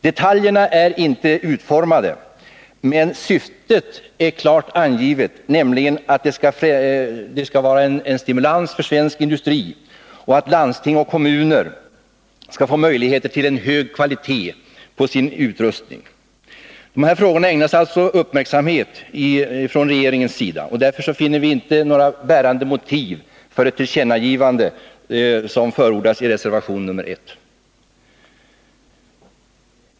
Detaljerna är inte utformade, men syftet är klart angivet, nämligen att det skall vara en stimulans för svensk industri och att landsting och kommuner skall kunna få en hög kvalitet på sin utrustning. De här frågorna ägnas alltså uppmärksamhet från regeringens sida, och därför tycker vi inte att det finns några bärande motiv för det tillkännagivande som förordas i reservation nr 1.